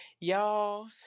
Y'all